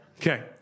Okay